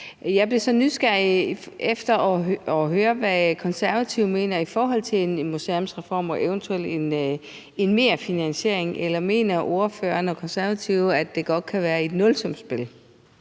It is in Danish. Jeg blev så nysgerrig efter at høre, hvad Konservative mener om en museumsreform og eventuelt en merfinansiering. Mener ordføreren og Konservative – uden at man selvfølgelig